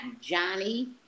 Johnny